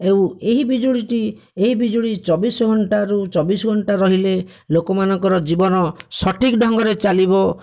ଏହି ଏହି ବିଜୁଳିଟି ଏହି ବିଜୁଳି ଚବିଶ ଘଣ୍ଟା ରୁ ଚବିଶ ଘଣ୍ଟା ରହିଲେ ଲୋକମାନଙ୍କର ଜୀବନ ସଠିକ୍ ଢଙ୍ଗରେ ଚାଲିବ